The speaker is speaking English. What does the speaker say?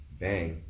bang